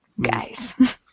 guys